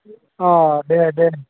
अह दे दे